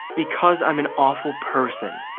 because i'm an awful person.